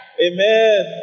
Amen